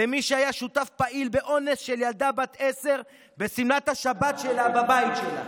למי שהיה שותף פעיל לאונס של ילדה בת 10 בשמלת השבת שלה בבית שלה.